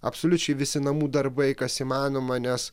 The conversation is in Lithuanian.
absoliučiai visi namų darbai kas įmanoma nes